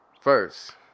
First